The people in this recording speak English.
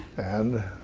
and